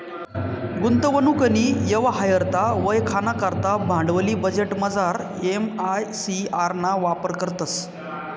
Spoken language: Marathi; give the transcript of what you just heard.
गुंतवणूकनी यवहार्यता वयखाना करता भांडवली बजेटमझार एम.आय.सी.आर ना वापर करतंस